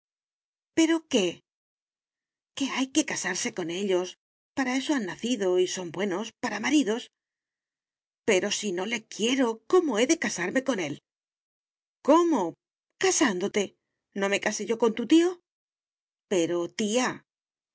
pero qué que hay que casarse con ellos para eso han nacido y son buenos para maridos pero si no le quiero cómo he de casarme con él cómo casándote no me casé yo con tu tío pero tía